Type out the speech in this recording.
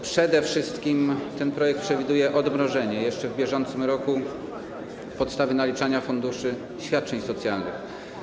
Przede wszystkim ten projekt przewiduje odmrożenie jeszcze w bieżącym roku podstawy naliczania funduszu świadczeń socjalnych.